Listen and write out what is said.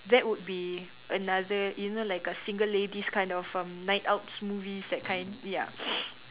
that would be another you know like a single ladies kind of um night out movie that kind ya